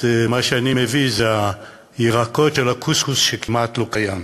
שמה שאני מביא זה הירקות של הקוסקוס שכמעט לא קיים.